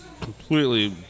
completely